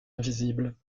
invisibles